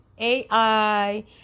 ai